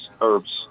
herbs